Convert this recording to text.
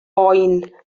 boen